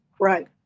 Right